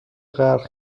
غرق